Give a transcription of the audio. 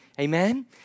Amen